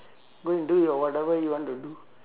go and do your whatever you want to do